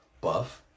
buff